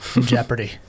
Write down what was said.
Jeopardy